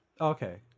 Okay